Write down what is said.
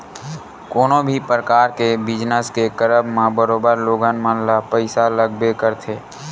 कोनो भी परकार के बिजनस के करब म बरोबर लोगन मन ल पइसा लगबे करथे